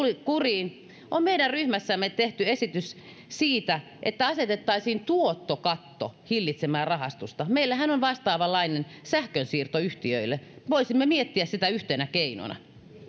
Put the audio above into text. kuriin on meidän ryhmässämme tehty esitys siitä että asetettaisiin tuottokatto hillitsemään rahastusta meillähän on vastaavanlainen sähkönsiirtoyhtiöille voisimme miettiä sitä yhtenä keinona